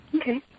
Okay